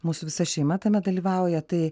mūsų visa šeima tame dalyvauja tai